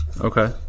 Okay